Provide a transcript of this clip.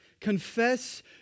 Confess